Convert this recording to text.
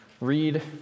read